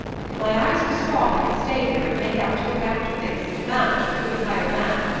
if my eyes were strong i could stay here and make out to look after things and manage, with a good hired man.